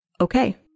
Okay